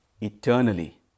eternally